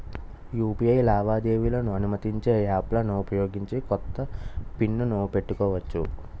UPI లావాదేవీలను అనుమతించే యాప్లలను ఉపయోగించి కొత్త పిన్ ను పెట్టుకోవచ్చు